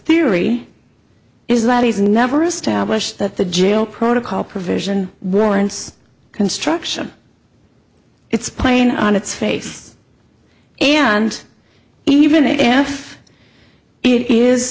theory is that he's never established that the jail protocol provision warrants construction it's plain on its face and even if it is